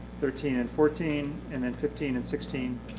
thirteen and fourteen and then fifteen and sixteen.